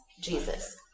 Jesus